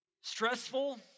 Stressful